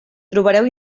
trobareu